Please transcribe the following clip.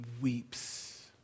weeps